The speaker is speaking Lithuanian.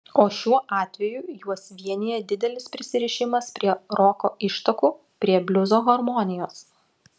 o šiuo atveju juos vienija didelis prisirišimas prie roko ištakų prie bliuzo harmonijos